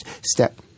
step